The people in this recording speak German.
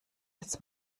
als